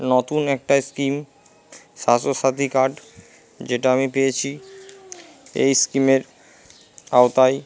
নতুন একটা scheme Swasthya Sathi card যেটা আমি পেয়েছি এই স্কিমের আওতায়